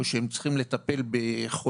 או שהם צריכים לטפל בחולים